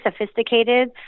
sophisticated